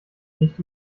nicht